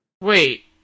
Wait